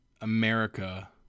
America